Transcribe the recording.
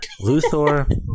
Luthor